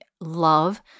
love